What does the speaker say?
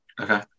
Okay